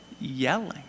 yelling